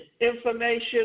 information